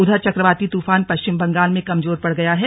उधर च क्र वाती तूफान पश्चिम बंगाल में कमजोर पड़ गया है